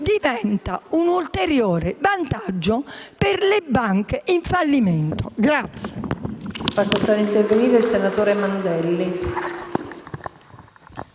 diventa un ulteriore vantaggio per le banche in fallimento.